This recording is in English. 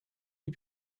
you